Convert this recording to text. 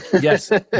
Yes